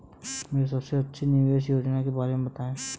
मुझे सबसे अच्छी निवेश योजना के बारे में बताएँ?